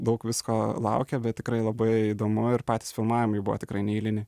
daug visko laukia bet tikrai labai įdomu ir patys filmavimai buvo tikrai neeiliniai